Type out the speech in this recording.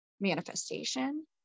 manifestation